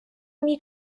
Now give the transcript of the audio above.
мій